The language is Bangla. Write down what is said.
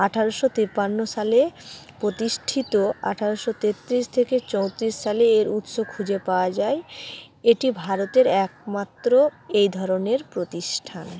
আঠেরোশো তিপ্পান্ন সালে প্রতিষ্ঠিত আঠেরোশো তেত্রিশ থেকে চৌত্রিশ সালে এর উৎস খুঁজে পাওয়া যায় এটি ভারতের একমাত্র এই ধরনের প্রতিষ্ঠান